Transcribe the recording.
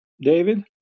David